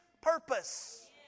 purpose